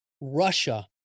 Russia